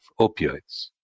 opioids